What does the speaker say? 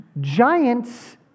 Giants